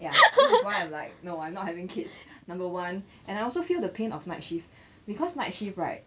ya this is why I'm like no I'm not having kids number one and I also feel the pain of night shift because night shift right